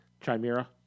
Chimera